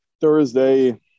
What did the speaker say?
thursday